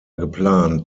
geplant